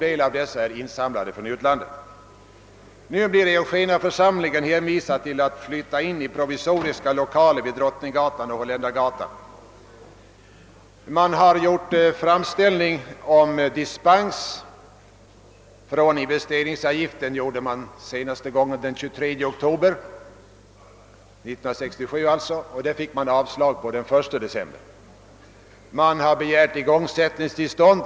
Eugeniaförsamlingen blir nu hänvisad till att flytta in i provisoriska lo kaler vid Drottninggatan och Holländargatan. Man har gjort framställningar om dispens från investeringsavgiften; det skedde senast den 23 oktober 1967. Denna ansökan fick man avslag på den 1 december. Man har begärt igångsättningstillstånd.